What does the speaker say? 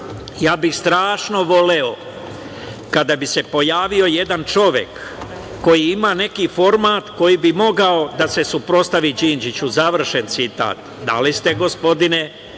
ja bih strašno voleo kada bi se pojavio jedan čovek koji ima neki format koji bi mogao da se suprotstavi Đinđiću, završen citat. Da li ste, gospodine,